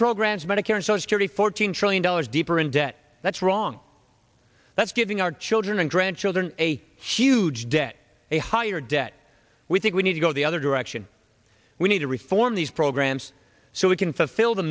programs medicare and social care the fourteen trillion dollars deeper in debt that's wrong that's giving our children and grandchildren a huge debt a higher debt we think we need to go the other direction we need to reform these programs so we can fulfill the